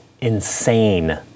insane